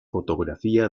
fotografía